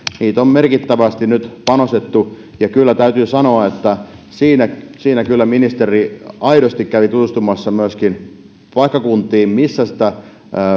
niihin on merkittävästi nyt panostettu ja kyllä täytyy sanoa että siinä siinä kyllä ministeri aidosti kävi tutustumassa myöskin paikkakuntiin missä sitä